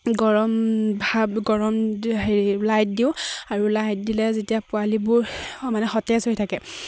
গৰম ভাৱ গৰম হেৰি লাইট দিওঁ আৰু লাইট দিলে যেতিয়া পোৱালিবোৰ মানে সতেজ হৈ থাকে